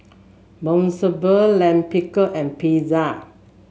Monsunabe Lime Pickle and Pizza